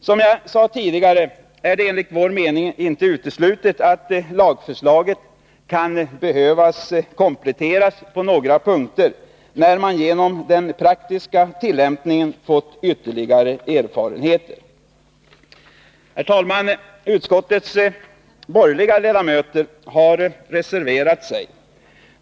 Som jag sade tidigare är det enligt vår mening inte uteslutet att lagförslaget kan behöva kompletteras på några punkter när man genom den praktiska tillämpningen fått ytterligare erfarenheter. Herr talman! Utskottets borgerliga ledamöter har reserverat sig.